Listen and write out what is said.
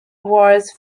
was